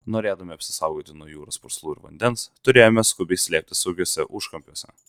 norėdami apsisaugoti nuo jūros purslų ir vandens turėjome skubiai slėptis saugiuose užkampiuose